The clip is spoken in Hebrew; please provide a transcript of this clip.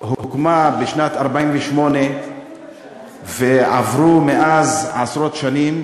שהוקמה בשנת 1948 ועברו מאז עשרות שנים,